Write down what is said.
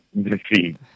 defeat